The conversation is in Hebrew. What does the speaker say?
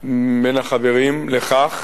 החברים לכך